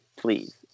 please